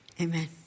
amen